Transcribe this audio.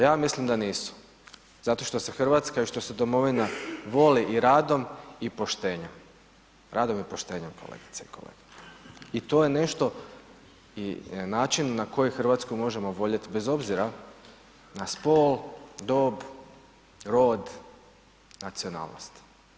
Ja mislim da nisu, zato što se Hrvatska i što se domovina voli i radom i poštenjem, radom i poštenjem kolegice i kolege i to je način na koji Hrvatsku možemo voljeti bez obzira na spol, dob, rod, nacionalnost.